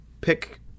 pick